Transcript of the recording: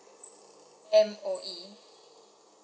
M_O_E